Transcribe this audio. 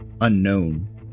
unknown